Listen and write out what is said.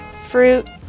fruit